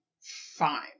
fine